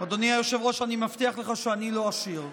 אדוני היושב-ראש, אני מבטיח לך שאני לא אשיר.